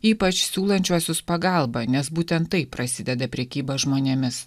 ypač siūlančiuosius pagalbą nes būtent taip prasideda prekyba žmonėmis